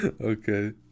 okay